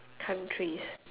countries